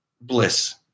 bliss